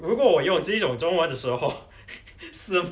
如果我用这种中文的时候是